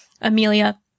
Amelia